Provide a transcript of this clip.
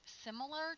similar